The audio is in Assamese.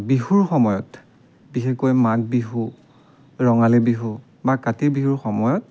বিহুৰ সময়ত বিশেষকৈ মাঘ বিহু ৰঙালী বিহু বা কাতি বিহুৰ সময়ত